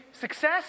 success